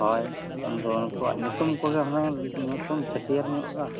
ᱦᱚᱭ ᱩᱱᱫᱚ ᱩᱱᱠᱩᱣᱟᱜ ᱧᱩᱛᱩᱢ ᱠᱚᱜᱮ ᱦᱩᱱᱟᱹᱝ ᱧᱩᱛᱩᱢ ᱪᱷᱟᱹᱴᱭᱟᱹᱨᱧᱚᱜᱼᱟ